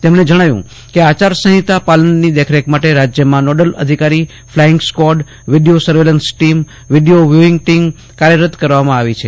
તેમણે જજ્જાવ્યું કે આચાર સંહિતા પાલનની દેખરેખ માટે રાજ્યમાં નોડલ અધિકારી flying squad video surveillance team video viewing team કાર્યરત કરવામાં આવી છે